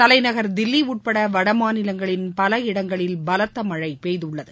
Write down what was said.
தலைநகர் தில்லி உட்பட வடமாநிலங்களின் பல இடங்களில் பலத்த மழை பெய்துள்ளது